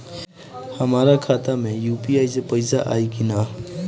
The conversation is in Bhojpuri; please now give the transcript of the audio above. हमारा खाता मे यू.पी.आई से पईसा आई कि ना?